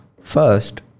first